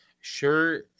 Sure